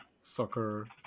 soccer